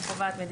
שקובעת מדיניות.